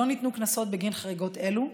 לא ניתנו קנסות בגין חריגות אלו,